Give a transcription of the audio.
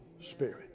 Spirit